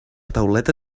tauleta